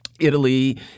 Italy